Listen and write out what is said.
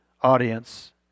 audience